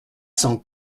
cent